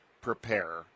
prepare